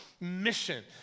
mission